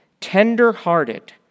Tender-hearted